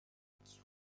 its